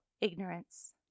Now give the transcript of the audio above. ignorance